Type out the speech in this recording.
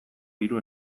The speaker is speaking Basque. hiru